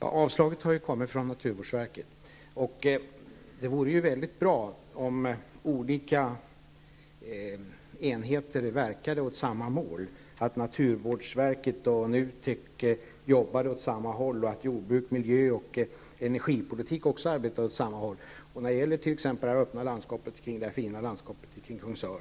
Herr talman! Avslaget har ju kommit från naturvårdsverket. Det vore mycket bra om olika enheter verkade mot samma mål och att naturvårdsverket och NUTEK arbetade åt samma håll. Det vore bra om jordbruks-, miljö och energipolitik också arbetade åt samma håll. När det gäller det öppna och fina landskapet kring Kungsör